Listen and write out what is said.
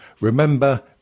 Remember